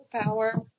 power